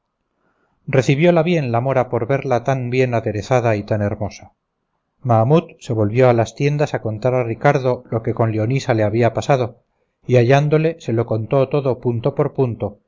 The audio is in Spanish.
su amo recibióla bien la mora por verla tan bien aderezada y tan hermosa mahamut se volvió a las tiendas a contar a ricardo lo que con leonisa le había pasado y hallándole se lo contó todo punto por punto